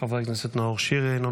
חבר הכנסת אושר שקלים,